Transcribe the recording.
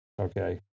Okay